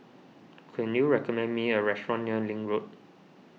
can you recommend me a restaurant near Link Road